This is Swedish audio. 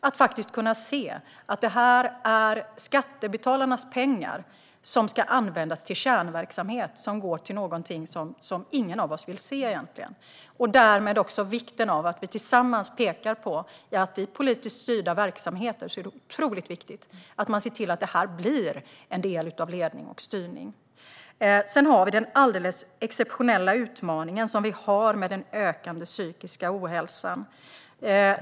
Det ska synas att skattebetalarnas pengar används till kärnverksamhet, det vill säga till någonting som ingen av oss egentligen vill se. Därmed är det viktigt att vi tillsammans pekar på att i politiskt styrda verksamheter är det otroligt viktigt att detta blir en del av ledning och styrning. Sedan är det den alldeles exceptionella utmaningen med den ökande psykiska ohälsan.